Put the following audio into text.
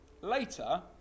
later